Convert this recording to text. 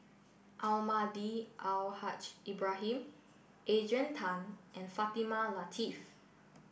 almahdi Al Haj Ibrahim Adrian Tan and Fatimah Lateef